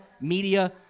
media